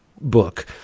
book